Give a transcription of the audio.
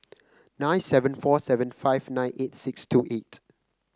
nine seven four seven five nine eight six two eight